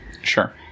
Sure